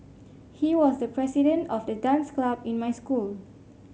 he was the president of the dance club in my school